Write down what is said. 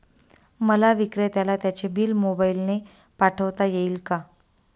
मला विक्रेत्याला त्याचे बिल मोबाईलने पाठवता येईल का?